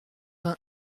vingt